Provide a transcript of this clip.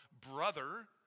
brother